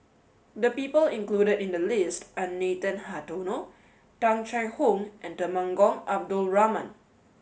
the people included in the list are Nathan Hartono Tung Chye Hong and Temenggong Abdul Rahman